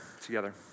together